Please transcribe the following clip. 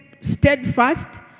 Steadfast